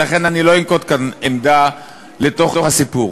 ולכן אני לא אנקוט כאן עמדה לתוך הסיפור,